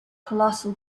colossal